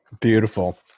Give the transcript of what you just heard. Beautiful